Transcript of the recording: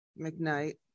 McKnight